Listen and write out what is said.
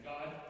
God